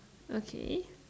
okay